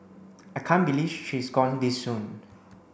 I can't believe she is gone this soon